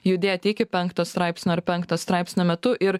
judėti iki penkto straipsnio ar penkto straipsnio metu ir